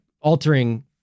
altering